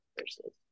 versus